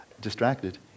distracted